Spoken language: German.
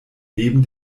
leben